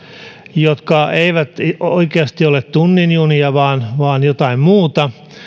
jotka eivät oikeasti ole tunnin junia vaan vaan jotain muuta